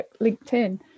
LinkedIn